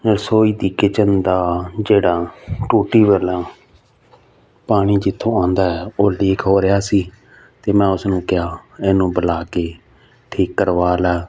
ਰਸੋਈ ਦੀ ਕਿਚਨ ਦਾ ਜਿਹੜਾ ਟੂਟੀ ਵਾਲਾ ਪਾਣੀ ਜਿੱਥੋਂ ਆਉਂਦਾ ਏ ਉਹ ਲੀਕ ਹੋ ਰਿਹਾ ਸੀ ਅਤੇ ਮੈਂ ਉਸਨੂੰ ਕਿਹਾ ਇਹਨੂੰ ਬੁਲਾ ਕੇ ਠੀਕ ਕਰਵਾ ਲੈ